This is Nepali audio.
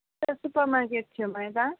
त्यहाँ सपरमार्केट छेउमा यता